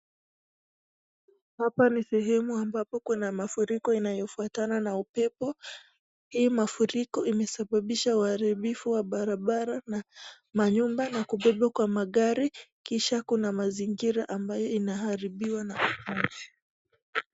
Hapa ni sehemu ambapo Kuna mafuriko yanayofuatana na upepo, hii mafuriko umesababisha huaribifu wa Barabara na manyumba na kubebwa kwa magari Barabara kisha Kuna mazingira inayoharibiwa na mafuriko.